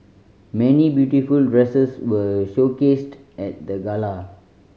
many beautiful dresses were showcased at the gala